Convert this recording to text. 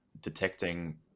detecting